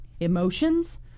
Emotions